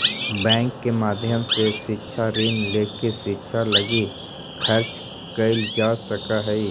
bank के माध्यम से शिक्षा ऋण लेके शिक्षा लगी खर्च कैल जा सकऽ हई